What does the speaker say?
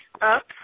up